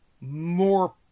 more